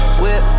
whip